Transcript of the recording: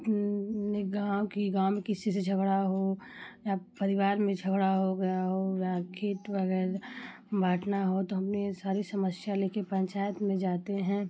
अपनी गाँव की गाँव में किसी से झगड़ा हो या परिवार में झगड़ा हो या खेत वगैरह बाँटना हो तो हम ये सारी समस्या लेके पंचायत में जाते हैं